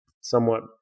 somewhat